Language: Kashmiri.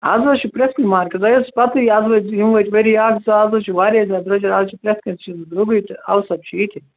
اَز حظ چھُ پرٮ۪تھ کُنہِ مارکیٚٹ تۄہہِ حظ چھِ پتہٕے اَز وٲتۍ یِم وٲتۍ ؤری اَکھ زٕ اَز حظ چھُ واریاہ زیادٕ درۄجر اَز چھِ پرٮ۪تھ کانٛہہ چیز درٛوگٕے تہٕ او سب چھُ یہِ تہِ